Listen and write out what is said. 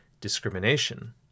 discrimination